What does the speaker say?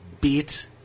beat